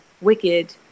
wicked